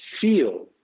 feel